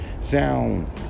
sound